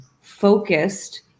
focused